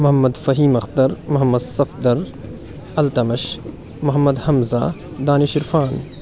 Muhammad Fahim Akhtar Muhammad Safdar Altamash Muhammad Hamza Danish Irfan